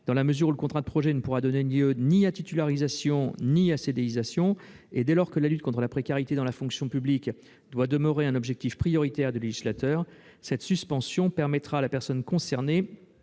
Dans la mesure où le contrat de projet ne pourra donner lieu ni à une titularisation ni à un contrat à durée indéterminée ultérieur et dès lors que la lutte contre la précarité dans la fonction publique doit demeurer un objectif prioritaire du législateur, cette suspension permettra à la personne concernée